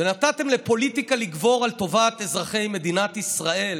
נתתם לפוליטיקה לגבור על טובת אזרחי מדינת ישראל.